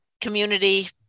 community